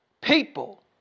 people